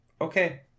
Okay